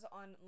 on